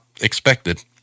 expected